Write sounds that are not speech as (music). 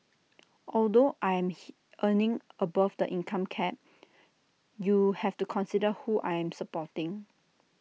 although I am (noise) earning above the income cap you have to consider who I am supporting